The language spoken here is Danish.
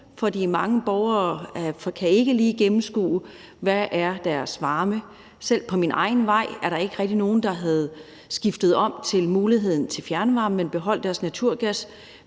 for mange borgere kan ikke lige gennemskue, hvad deres varme består af. Selv på min egen vej var der ikke rigtig nogen, der havde benyttet sig af muligheden for at få fjernvarme, men de beholdt deres naturgas.